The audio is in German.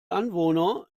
anwohner